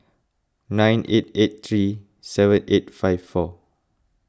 nine eight eight three seven eight five four